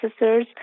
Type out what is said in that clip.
processors